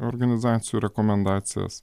organizacijų rekomendacijas